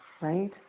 right